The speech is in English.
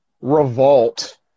revolt